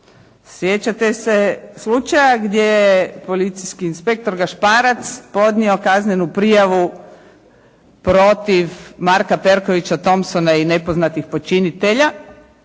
Sjećate se slučaja gdje policijski inspektor Gašparac podnio kaznenu prijavu protiv Marka Perkovića Thompsona i nepoznatih počinitelja